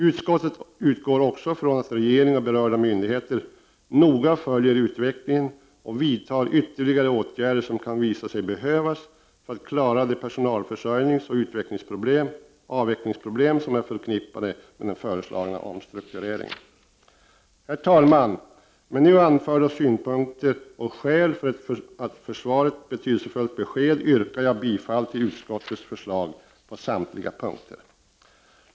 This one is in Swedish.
Utskottet utgår också från att regering och berörda myndigheter noga följer utvecklingen och vidtar de ytterligare åtgärder som kan visa sig behövas för att klara de personalförsörjningsoch avvecklingsproblem som är förknippade med den föreslagna omstruktureringen. Herr talman! Med nu anförda synpunkter och skäl för ett för försvaret betydelsefullt besked yrkar jag bifall till utskottets hemställan på samtliga punkter.